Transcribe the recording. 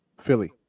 Philly